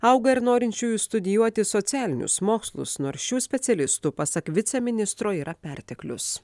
auga ir norinčiųjų studijuoti socialinius mokslus nors šių specialistų pasak viceministro yra perteklius